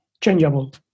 changeable